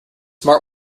smart